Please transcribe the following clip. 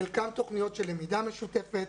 חלקן תוכניות של למידה משותפת,